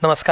नमस्कार